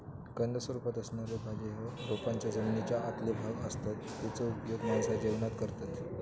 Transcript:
कंद स्वरूपात असणारे भाज्ये हे रोपांचे जमनीच्या आतले भाग असतत जेचो उपयोग माणसा जेवणात करतत